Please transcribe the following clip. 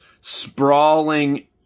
sprawling